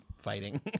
fighting